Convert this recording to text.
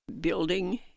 building